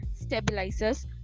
stabilizers